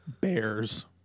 Bears